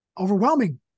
overwhelming